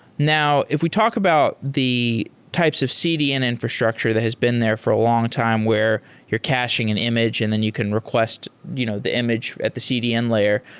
now if we talk about the types of cdn infrastructure that has been there for a long time where you're caching an image and then you can request you know the image at the cdn layer,